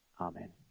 Amen